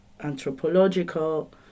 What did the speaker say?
anthropological